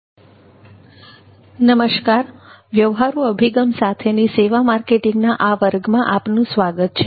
નમસ્કાર વ્યવહારુ અભિગમ સાથેની સેવા માર્કેટિંગના આ વર્ગમાં આપનું સ્વાગત છે